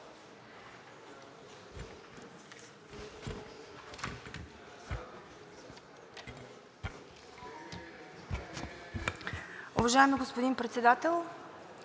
Уважаеми господин Председател,